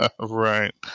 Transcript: Right